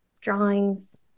drawings